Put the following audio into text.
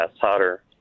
hotter